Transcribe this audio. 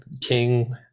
king